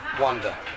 wonder